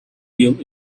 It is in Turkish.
yıl